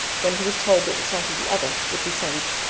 when he was told that the sight of the other would be saved.